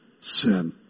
sin